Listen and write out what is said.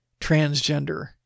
transgender